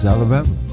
Alabama